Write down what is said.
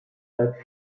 bleibt